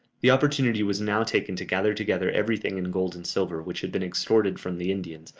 the opportunity was now taken to gather together everything in gold and silver, which had been extorted from the indians,